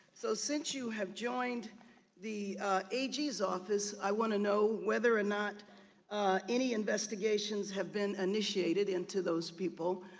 so since you have joined the ag's office, i want to know whether or not any investigations have been initiated into those people?